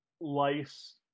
lice